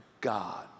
God